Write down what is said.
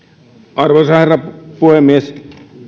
arvoisa herra puhemies